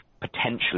potentially